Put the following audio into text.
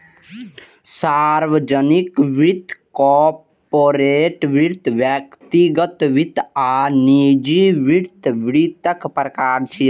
सार्वजनिक वित्त, कॉरपोरेट वित्त, व्यक्तिगत वित्त आ निजी वित्त वित्तक प्रकार छियै